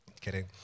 Kidding